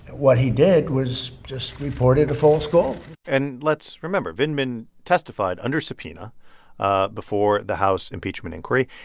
what he did was just reported a false call and let's remember vindman testified under subpoena ah before the house impeachment inquiry.